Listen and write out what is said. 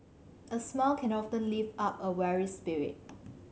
a smile can often lift up a weary spirit